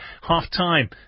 Half-time